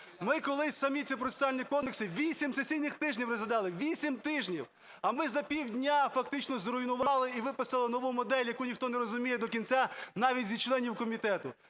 Ми колись самі ці процесуальні кодекси вісім сесійних тижнів розглядали, вісім тижнів, а ми за півдня фактично зруйнували і виписали нову модель, яку ніхто не розуміє до кінця, навіть з членів комітету.